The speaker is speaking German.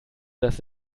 dass